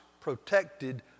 protected